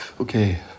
Okay